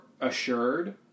assured